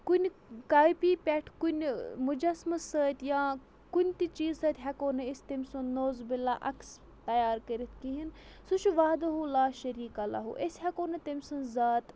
کُنہِ کاپی پٮ۪ٹھ کُنہِ مُجسمہٕ سۭتۍ یا کُنہِ تہِ چیٖز سۭتۍ ہٮ۪کو نہٕ أسۍ تٔمۍ سُنٛد نعوزبِلہ عکس تَیار کٔرِتھ کِہیٖنۍ سُہ چھُ وحدہوٗ لاشریٖک لہوٗ أسۍ ہٮ۪کو نہٕ تٔمۍ سٕنٛز ذات